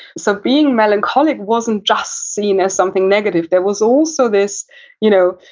so, being melancholic wasn't just seen as something negative. there was also this you know,